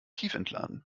tiefentladen